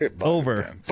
Over